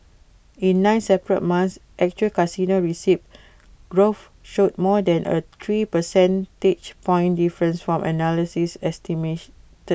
in nine separate months actual casino receipts growth showed more than A three percentage point difference from analyst estimates